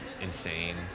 insane